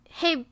hey